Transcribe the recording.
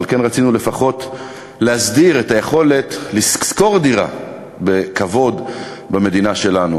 ועל כן רצינו לפחות להסדיר את היכולת לשכור דירה בכבוד במדינה שלנו.